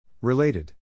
Related